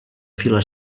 fila